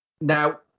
Now